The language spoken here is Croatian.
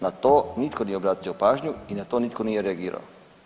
Na to nitko nije obratio pažnju i na to nitko nije reagirao.